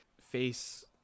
face